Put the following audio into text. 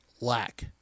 lack